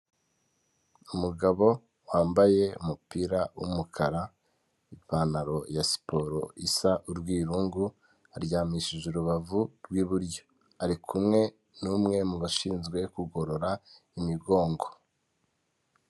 Umugabo wambaye umupira w'umukara, ipantaro ya siporo isa urwirungu aryamishije urubavu rw'iburyo, ari kumwe n'umwe mu bashinzwe kugorora imigongo.